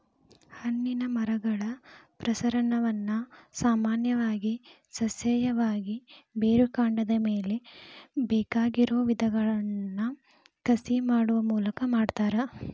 ಹಣ್ಣಿನ ಮರಗಳ ಪ್ರಸರಣವನ್ನ ಸಾಮಾನ್ಯವಾಗಿ ಸಸ್ಯೇಯವಾಗಿ, ಬೇರುಕಾಂಡದ ಮ್ಯಾಲೆ ಬೇಕಾಗಿರೋ ವಿಧವನ್ನ ಕಸಿ ಮಾಡುವ ಮೂಲಕ ಮಾಡ್ತಾರ